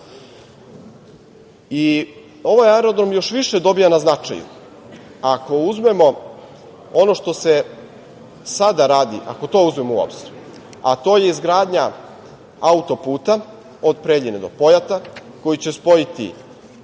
Pazar. Ovaj aerodrom još više dobija na značaju ako uzmemo ono što se sada radi, ako to uzmemo u obzir, a to je izgradnja auto-puta od Preljine do Pojata koji će spojiti